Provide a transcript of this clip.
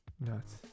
Nuts